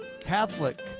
Catholic